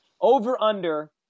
Over-under